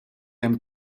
hemm